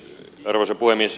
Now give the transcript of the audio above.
arvoisa puhemies